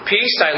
Peace